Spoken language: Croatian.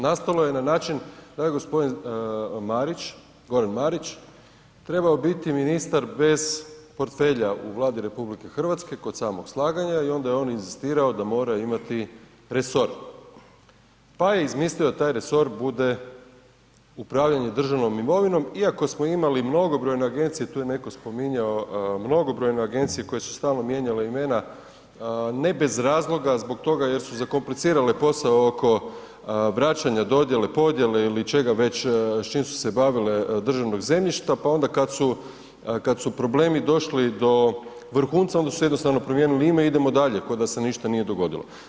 Nastalo je na način da je g. Marić, Goran Marić trebao biti ministar bez portfelja u Vladi RH kod samog slaganja i onda je on inzistirao da mora imati resor, pa je izmislio da taj resor bude upravljanje državnom imovinom iako smo imali mnogobrojne agencije, tu je netko spominjao mnogobrojne agencije koje su stalno mijenjale imena ne bez razloga zbog toga jer su zakomplicirale posao oko vraćanja, dodjele, podijele ili čega već s čim su se bavile, državnog zemljišta, pa onda kad su, kad su problemi došli do vrhunca, onda su si jednostavno promijenili ime, idemo dalje koda se ništa nije dogodilo.